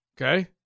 Okay